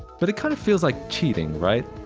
but it kind of feels like cheating, right?